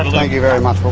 thank you very much,